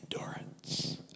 endurance